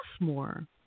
more